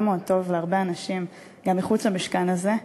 מאוד טוב להרבה אנשים גם מחוץ למשכן הזה,